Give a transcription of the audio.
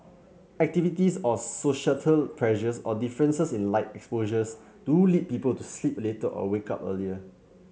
activities or societal pressures or differences in light exposure do lead people to sleep later or wake up earlier